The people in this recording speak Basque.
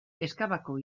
ezkabako